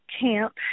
camp